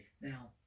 Now